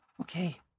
okay